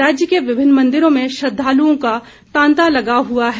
राज्य के विभिन्न मंदिरों मे श्रद्धालुओं का तांता लगा हुआ है